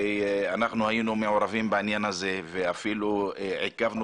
ואנחנו היינו מעורבים בעניין הזה ואפילו עיכבנו